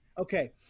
Okay